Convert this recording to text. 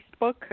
Facebook